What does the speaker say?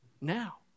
now